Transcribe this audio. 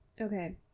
okay